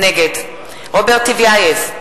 נגד רוברט טיבייב,